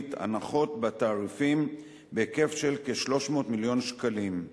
הציבורית הנחות בתעריפים בהיקף של כ-300 מיליון שקלים,